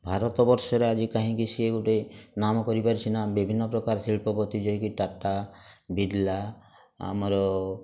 ଭାରତବର୍ଷରେ ଆଜି କାହଁକି ସିଏ ଗୋଟେ ନାମ କରିପାରିଛି ନା ବିଭିନ୍ନ ପ୍ରକାର ଶିଳ୍ପପତି ଯାଇକି ଟାଟା ବିର୍ଲା ଆମର